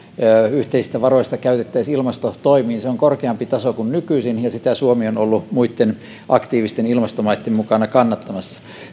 yhteisistä varoista käytettäisiin ilmastotoimiin se on korkeampi taso kuin nykyisin ja sitä suomi on ollut muitten aktiivisten ilmastomaitten mukana kannattamassa